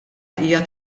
hija